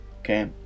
okay